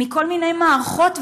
מכל מיני מערכות,